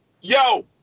Yo